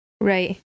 Right